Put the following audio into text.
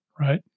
right